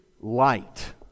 Light